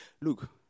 look